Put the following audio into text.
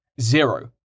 Zero